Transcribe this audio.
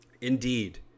Indeed